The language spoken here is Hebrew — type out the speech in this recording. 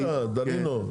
רגע דנינו,